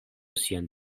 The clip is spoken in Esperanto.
sian